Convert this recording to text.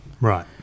Right